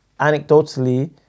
anecdotally